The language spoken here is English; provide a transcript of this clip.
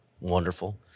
wonderful